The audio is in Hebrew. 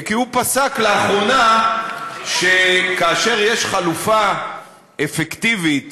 כי הוא פסק לאחרונה שכאשר יש חלופה אפקטיבית